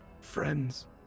Friends